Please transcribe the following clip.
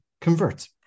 convert